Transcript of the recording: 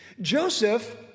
Joseph